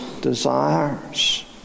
desires